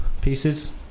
pieces